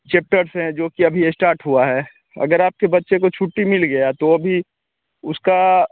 chapters हैं जो कि अभी यह स्टार्ट हुआ है अगर आपके बच्चे को छुट्टी मिल गया तो अभी उसका